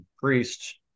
priest